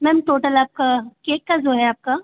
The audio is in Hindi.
मैम टोटल आपका केक का जो है आपका